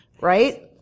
right